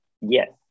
yes